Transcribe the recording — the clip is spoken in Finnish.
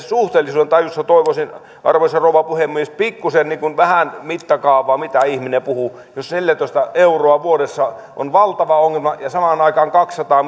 suhteellisuudentajussa toivoisin arvoisa rouva puhemies pikkuisen niin kuin vähän mittakaavaa mitä ihminen puhuu jos neljätoista euroa vuodessa on valtava ongelma ja samaan aikaan kaksisataa